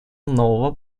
нового